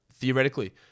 Theoretically